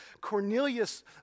Cornelius